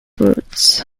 roots